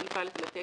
סעיף א לתקן,